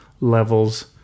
levels